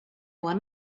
one